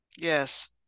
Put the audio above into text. Yes